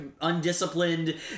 undisciplined